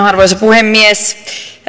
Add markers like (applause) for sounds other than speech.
(unintelligible) arvoisa puhemies